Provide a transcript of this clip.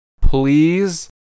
please